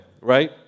right